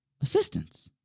assistance